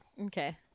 Okay